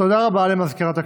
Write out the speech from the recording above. תודה רבה למזכירת הכנסת.